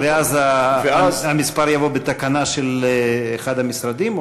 ואז המספר יבוא בתקנה של אחד המשרדים,